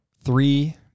three